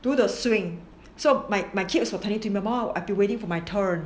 play the swing so my my kids were turning thinkable I've been waiting for my turn